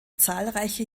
zahlreiche